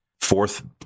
fourth